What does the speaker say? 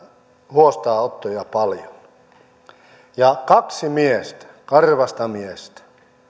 huostaanottoja paljon että kaksi miestä karvaista miestä